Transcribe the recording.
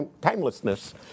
timelessness